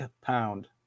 pound